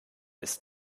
ist